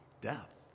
death